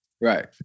Right